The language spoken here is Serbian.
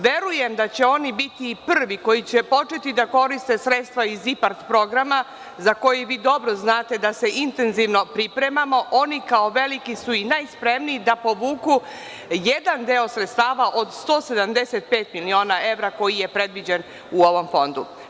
Verujem da će oni biti i prvi koji će početi da koriste sredstva iz IPAR programa, za koji vi dobro znate da se intenzivno pripremamo, oni kao veliki su i najspremniji da povuku jedan deo sredstava od 175 miliona evra koji je predviđen u ovom fondu.